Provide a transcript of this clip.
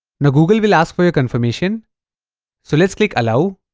now, google will ask for your confirmation so, let's click allow